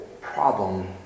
problem